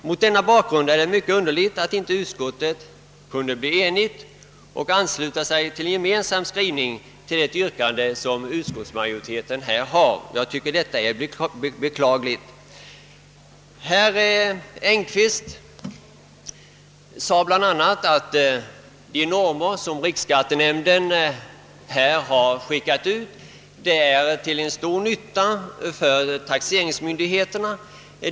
Mot denna bakgrund synes det mig underligt att utskottet inte har kunnat ena sig om det yrkande som utskottsmajoriteten har framställt. Jag tycker att det är beklagligt. Herr Engkvist sade bl.a. att de normer som riksskattenämnden utfärdat är till stor nytta för taxeringsmyndigheterna.